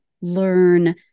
learn